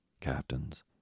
captains